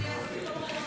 יש לי בדין.